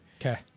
Okay